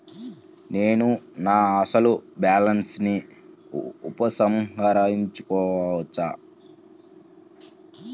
నేను నా అసలు బాలన్స్ ని ఉపసంహరించుకోవచ్చా?